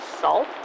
Salt